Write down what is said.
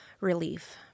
relief